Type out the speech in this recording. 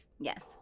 Yes